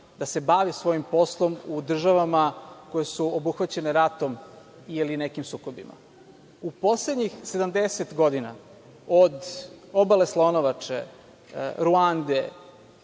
da se bave svojim poslom u državama koje su obuhvaćene ratom ili nekim sukobima. U poslednjih 70 godine, od Obale Slonovače, Ruande,